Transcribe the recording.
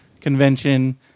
convention